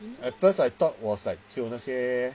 at first I thought was like 只有那些